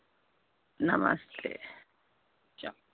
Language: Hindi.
नमस्ते जाओ